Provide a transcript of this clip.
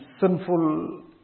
sinful